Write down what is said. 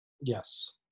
Yes